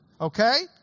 Okay